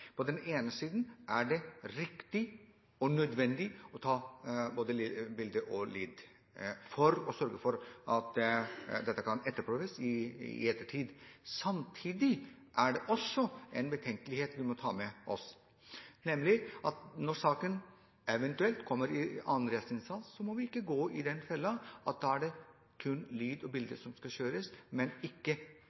På den ene siden er det riktig og nødvendig å ta både bilde og lyd for å sørge for at dette kan etterprøves i ettertid. Samtidig er det også en betenkelighet vi må ta med oss, nemlig at når saken eventuelt kommer i annen rettsinstans, må vi ikke gå i den fellen at det da er kun lyd og bilde som skal kjøres, at det ikke